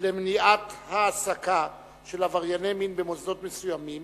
למניעת העסקה של עברייני מין במוסדות מסוימים